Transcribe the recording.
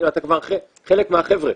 אתה כבר חלק מהחבר'ה.